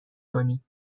کنید